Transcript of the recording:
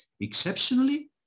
Exceptionally